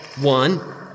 One